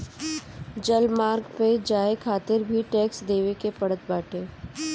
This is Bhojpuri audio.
जलमार्ग पअ जाए खातिर भी टेक्स देवे के पड़त बाटे